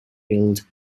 built